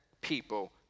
people